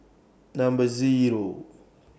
Number Zero